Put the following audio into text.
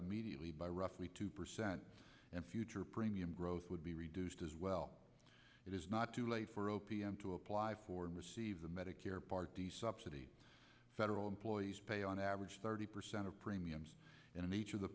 immediately by roughly two percent and future premium growth would be reduced as well it is not too late for o p m to apply for and receive the medicare part d subsidy federal employees pay on average thirty percent of premiums in each of the